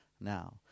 now